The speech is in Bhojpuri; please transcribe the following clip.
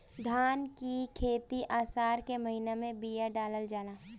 धान की खेती आसार के महीना में बिया डालल जाला?